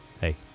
hey